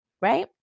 right